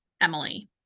emily